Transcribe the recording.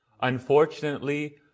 Unfortunately